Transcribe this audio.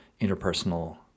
interpersonal